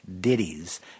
ditties